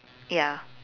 ya